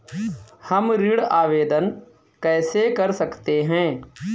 हम ऋण आवेदन कैसे कर सकते हैं?